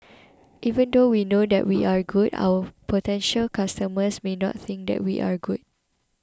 even though we know that we are good our potential customers may not think that we are good